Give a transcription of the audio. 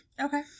Okay